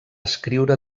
escriure